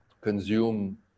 consume